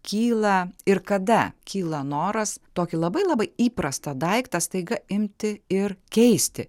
kyla ir kada kyla noras tokį labai labai įprastą daiktą staiga imti ir keisti